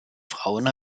frauen